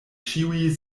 ĉiuj